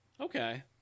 Okay